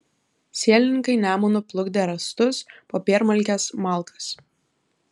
sielininkai nemunu plukdė rąstus popiermalkes malkas